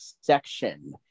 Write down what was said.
section